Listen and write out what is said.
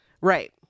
Right